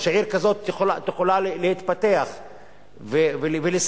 ושעיר כזאת יכולה להתפתח ולשגשג,